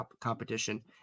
competition